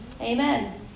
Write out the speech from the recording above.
Amen